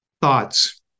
Thoughts